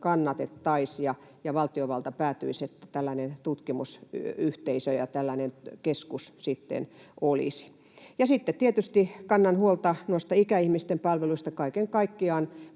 kannatettaisiin ja valtiovalta päätyisi siihen, että tällainen tutkimusyhteisö ja tällainen keskus sitten olisi. Sitten tietysti kannan huolta ikäihmisten palveluista kaiken kaikkiaan,